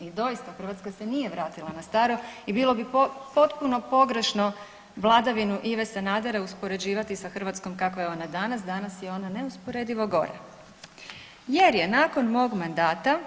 I doista, Hrvatska se nije vratila na staro i bilo bi potpuno pogrešno vladavinu Ive Sanadera uspoređivati sa Hrvatskom kakva je ona danas, danas je ona neusporedivo gora jer je nakon mog mandata